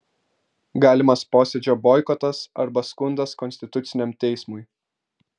galimas posėdžio boikotas arba skundas konstituciniam teismui